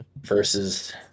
versus